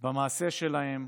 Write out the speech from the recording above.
במעשה שלהם,